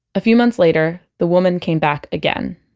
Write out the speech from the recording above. a few months later, the woman came back again.